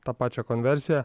tą pačią konversiją